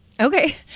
Okay